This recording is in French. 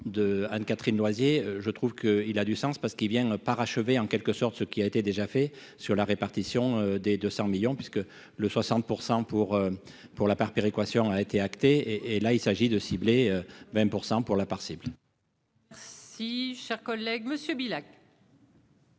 de 2 Anne-Catherine Loisier je trouve qu'il a du sens parce qu'il vient parachever en quelque sorte, ce qui a été déjà fait sur la répartition des 200 millions puisque le 60 % pour pour l'appart péréquation a été acté et là il s'agit de cibler 20 % pour l'appart cibles. Si cher collègue Monsieur Bilek.